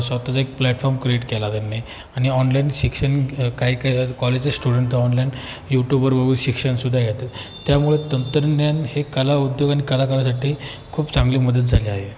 स्वतःचा एक platform create केला त्यांनी आणि ऑनलाईन शिक्षण काही काय कॉलेजच्या स्टुडंट तर ऑनलाईन यूटूब शिक्षणसुद्धा घेतात त्यामुळं तंत्रज्ञान हे कला उद्योग आणि कलाकारासाठी खूप चांगली मदत झाली आहे